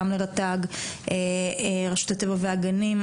גם לרט"ג - רשות הטבע והגנים,